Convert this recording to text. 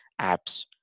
apps